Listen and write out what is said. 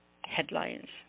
headlines